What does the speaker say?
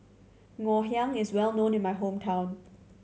Ngoh Hiang is well known in my hometown